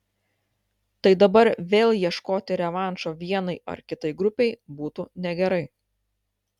tai dabar vėl ieškoti revanšo vienai ar kitai grupei būtų negerai